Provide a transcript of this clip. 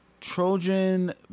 Trojan